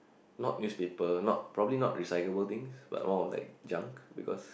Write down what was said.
not newspaper not probably not recyclable things but more of like junk because